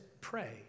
Pray